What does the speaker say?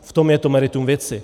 V tom je meritum věci.